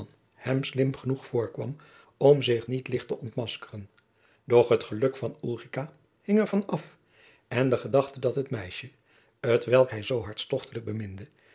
hem slim genoeg voorkwam om zich niet licht te ontmaskeren doch het geluk van ulrica hing er van af en de gedachte dat het meisje t welk hij zoo hartstochtelijk beminde